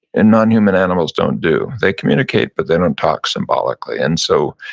and non-human animals don't do, they communicate, but they don't talk symbolically. and so,